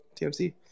TMC